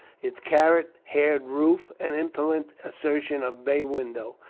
its carrot-haired roof and impudent assertion of bay window,